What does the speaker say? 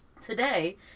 today